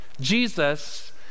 Jesus